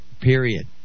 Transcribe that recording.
period